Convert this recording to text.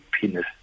penis